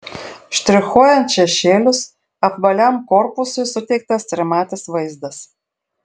štrichuojant šešėlius apvaliam korpusui suteiktas trimatis vaizdas